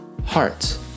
hearts